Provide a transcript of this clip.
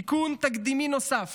תיקון תקדימי נוסף